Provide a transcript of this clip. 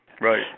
Right